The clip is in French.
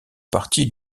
partie